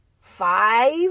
five